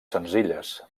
senzilles